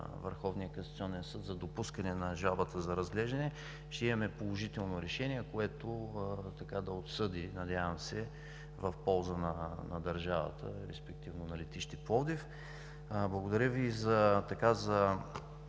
Върховния касационен съд за допускане на жалбата за разглеждане ще имаме положително решение, което да отсъди в полза на държавата, респективно и на летище Пловдив. Благодаря Ви и по